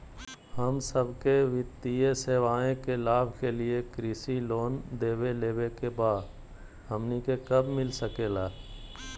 हम सबके वित्तीय सेवाएं के लाभ के लिए कृषि लोन देवे लेवे का बा, हमनी के कब मिलता सके ला?